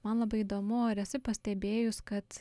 man labai įdomu ar esi pastebėjus kad